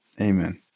amen